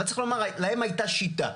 אבל צריך לומר, להם הייתה שיטה.